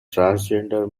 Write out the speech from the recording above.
transgender